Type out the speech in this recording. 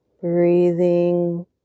breathing